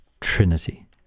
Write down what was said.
Trinity